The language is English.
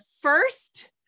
first